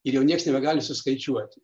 ir jau nieks nebegali suskaičiuoti